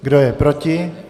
Kdo je proti?